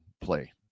play